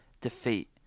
defeat